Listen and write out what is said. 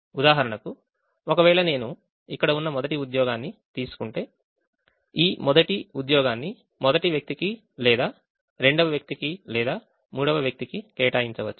ఉదాహరణకు ఒకవేళ నేను ఇక్కడ ఉన్న మొదటి ఉద్యోగాన్ని తీసుకుంటే ఈ మొదటి ఉద్యోగాన్ని మొదటి వ్యక్తికి లేదా రెండవ వ్యక్తికి లేదా మూడవ వ్యక్తికి కేటాయించవచ్చు